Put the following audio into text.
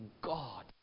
God